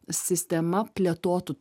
sistema plėtotų